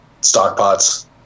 stockpots